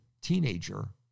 teenager